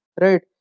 Right